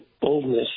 boldness